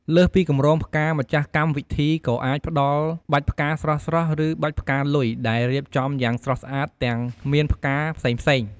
លើសពីកម្រងផ្កា ម្ចាស់កម្មវិធីក៏អាចផ្តល់ បាច់ផ្កាស្រស់ៗ ឬបាច់ផ្កាលុយ ដែលរៀបចំយ៉ាងស្រស់ស្អាត ទាំងមានផ្កាផ្សេងៗ ។